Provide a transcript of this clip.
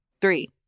three